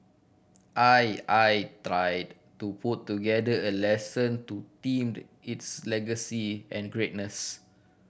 I I tired to put together a lesson to themed it's legacy and greatness